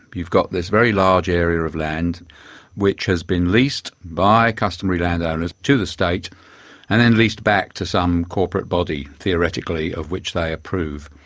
you've got this very large area of land which has been leased by customary landowners to the state and then leased back to some corporate body, theoretically, of which they approve.